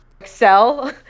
Excel